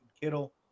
Kittle